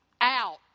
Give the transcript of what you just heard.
out